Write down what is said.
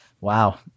Wow